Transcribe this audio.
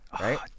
right